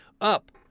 Up